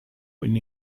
und